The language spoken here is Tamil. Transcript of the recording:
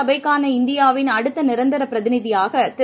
சபைக்கான இந்தியாவின் அடுத்த நிரந்தர பிரதிநிதியாக திரு